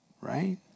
Right